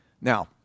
Now